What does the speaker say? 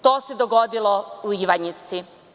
To se dogodilo u Ivanjici.